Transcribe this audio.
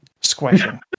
squashing